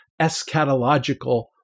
eschatological